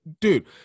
Dude